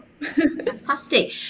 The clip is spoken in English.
fantastic